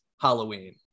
Halloween